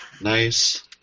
Nice